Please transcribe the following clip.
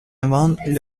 avant